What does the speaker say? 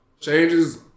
changes